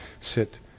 sit